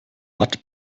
watt